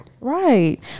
right